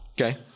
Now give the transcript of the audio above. Okay